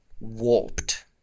warped